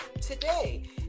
today